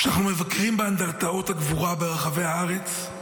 כשאנחנו מבקרים באנדרטאות הגבורה ברחבי הארץ,